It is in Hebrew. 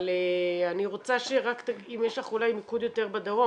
אבל אני רוצה שאם יש לך מיקוד אולי בדרום